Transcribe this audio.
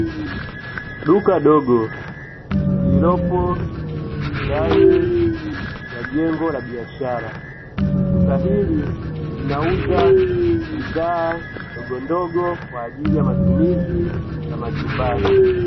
Duka dogo lililopo ndani ya jengo la biashara. Duka hili linauza bidhaa ndogondogo kwa ajili ya matumizi ya majumbani.